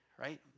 right